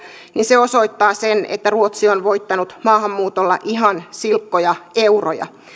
niin se osoittaa sen että ruotsi on voittanut maahanmuutolla ihan silkkoja euroja